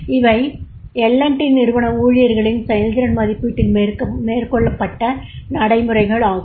இவை L T L T நிறுவன ஊழியர்களின் செயல்திறன் மதிப்பீட்டில் மேற்கொள்ளப்பட்ட நடைமுறைகள் ஆகும்